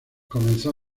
comenzó